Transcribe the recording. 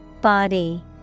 Body